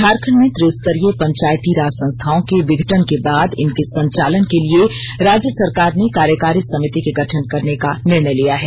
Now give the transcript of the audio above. झारखंड में त्रिस्तरीय पंचायती राज संस्थाओं के विघटन के बाद इनके संचालन के लिए राज्य सरकार ने कार्यकारी समिति के गठन करने का निर्णय लिया है